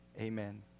amen